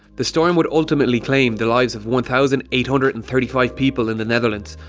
the storm would ultimately claim the lives of one thousand eight hundred and thirty five people in the netherlands,